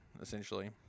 essentially